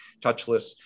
touchless